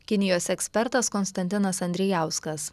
kinijos ekspertas konstantinas andrijauskas